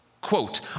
Quote